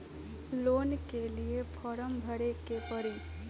Loan के लिए form भरे के पड़ी?